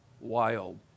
wild